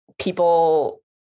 people